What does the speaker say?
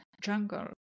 jungle